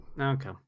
Okay